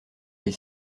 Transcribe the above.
les